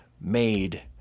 made